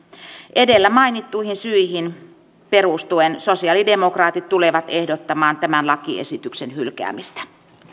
edellä mainittuihin syihin perustuen sosialidemokraatit tulevat ehdottamaan tämän lakiesityksen hylkäämistä